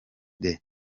the